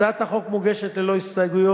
הצעת החוק מוגשת ללא הסתייגויות,